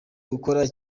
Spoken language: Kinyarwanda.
gukora